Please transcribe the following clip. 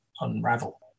unravel